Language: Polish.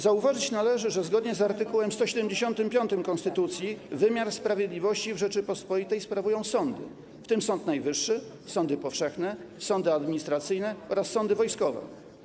Zauważyć należy, że zgodnie z art. 175 konstytucji wymiar sprawiedliwości w Rzeczypospolitej sprawują sądy, w tym Sąd Najwyższy, sądy powszechne, sądy administracyjne oraz sądy wojskowe.